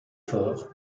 fort